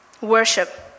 Worship